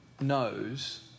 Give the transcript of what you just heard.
knows